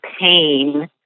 pain